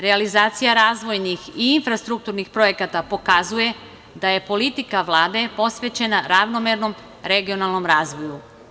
Realizacija razvojnih i infrastrukturnih projekata pokazuje da je politika Vlade posvećena ravnomernom regionalnom razvoju.